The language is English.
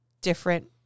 different